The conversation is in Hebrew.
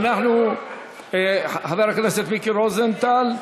אנחנו, חבר הכנסת מיקי רוזנטל.